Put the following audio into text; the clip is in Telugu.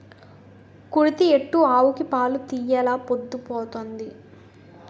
కుడితి ఎట్టు ఆవుకి పాలు తీయెలా పొద్దు పోతంది